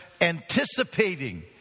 anticipating